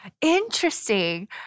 Interesting